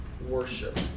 worship